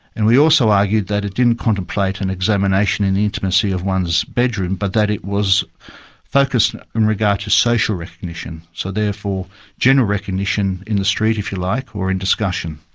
and we also argued that it didn't contemplate an examination in the intimacy of one's bedroom, but that it was focused in regard to social recognition. so therefore gender recognition, in the street, if you like, or in discussion.